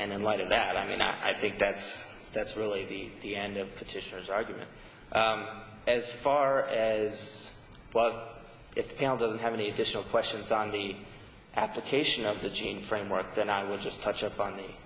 and in light of that i mean i think that's that's really the end of petitioner's argument as far as what if he doesn't have any additional questions on the application of the gene framework then i will just touch upon me